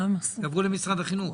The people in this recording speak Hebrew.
יעברו למשרד החינוך.